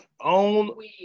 own